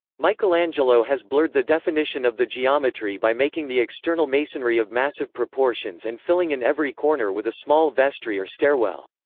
michelangelo has blurred the definition of the geometry by making the external masonry of massive proportions and filling in every corner with a small vestry or stairwell.